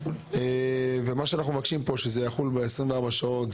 אנחנו מבקשים פה שזה יחול ב-24 שעות.